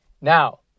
now